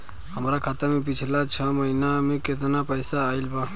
हमरा खाता मे पिछला छह महीना मे केतना पैसा आईल बा?